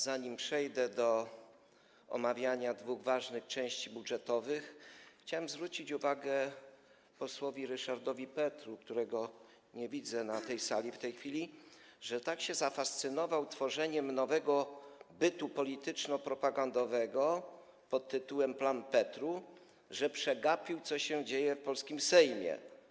Zanim przejdę do omawiania dwóch ważnych części budżetowych, chciałem zwrócić uwagę posłowi Ryszardowi Petru, którego nie widzę na sali w tej chwili, że tak się zafascynował tworzeniem nowego bytu polityczno-propagandowego pn. Plan Petru, że przegapił, co się dzieje w polskim Sejmie.